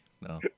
no